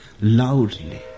loudly